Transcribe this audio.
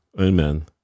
Amen